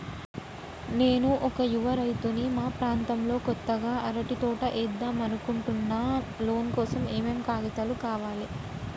నేను ఒక యువ రైతుని మా ప్రాంతంలో కొత్తగా అరటి తోట ఏద్దం అనుకుంటున్నా లోన్ కోసం ఏం ఏం కాగితాలు కావాలే?